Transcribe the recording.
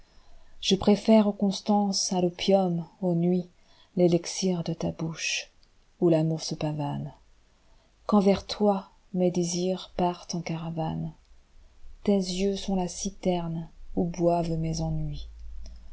je préfère au constance à topium au nuits l'élixir de ta bouche où l'amour se pavane quand vers toi mes désirs partent en caravane tes yeux sont la citerne où boivent mes ennuis